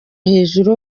hejuru